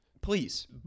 Please